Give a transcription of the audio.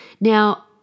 Now